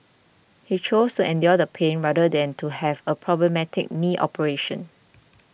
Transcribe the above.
he chose endure the pain rather than to have a problematic knee operation